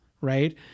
right